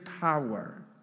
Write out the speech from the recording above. power